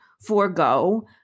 forego